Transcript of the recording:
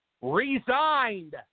resigned